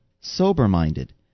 sober-minded